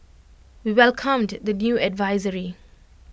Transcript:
we welcomed the new advisory